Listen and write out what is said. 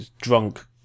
drunk